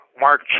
Mark